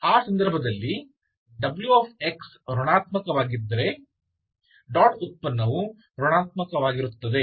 ಆ ಸಂದರ್ಭದಲ್ಲಿ wx ಋಣಾತ್ಮಕವಾಗಿದ್ದರೆ ಡಾಟ್ ಉತ್ಪನ್ನವು ಋಣಾತ್ಮಕವಾಗಿರುತ್ತದೆ